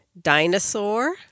Dinosaur